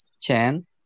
chain